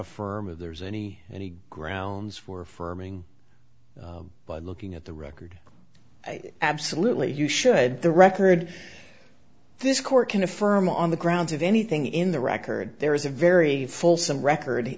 of there's any any grounds for affirming by looking at the record absolutely you should the record this court can affirm on the grounds of anything in the record there is a very fulsome record